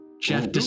Jeff